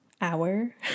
hour